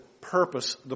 purpose